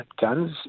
guns